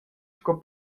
sco